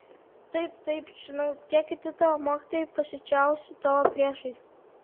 taip taip žinau tie kiti tavo mokytojai pasiučiausi tavo priešai